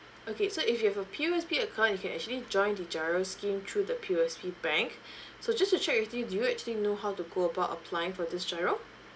okay so if you have a P_O_S_B account you can actually join the giro scheme through the P_O_S_B bank so just to check with you do you actually know how to go about applying for this giro